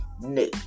new